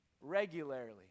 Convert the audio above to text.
regularly